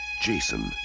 Jason